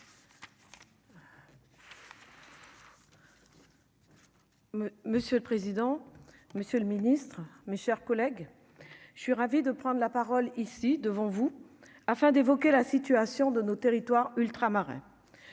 Monsieur le président, Monsieur le Ministre, mes chers collègues, je suis ravi de prendre la parole, ici devant vous, afin d'évoquer la situation de nos territoires ultramarins